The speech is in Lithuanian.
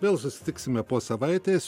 vėl susitiksime po savaitės